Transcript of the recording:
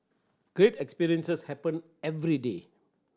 great experiences happen every day